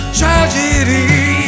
tragedy